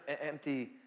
empty